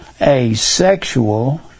asexual